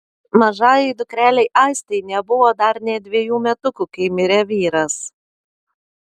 mažajai dukrelei aistei nebuvo dar nė dvejų metukų kai mirė vyras